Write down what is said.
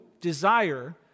desire